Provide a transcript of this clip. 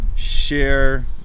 Share